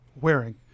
wearing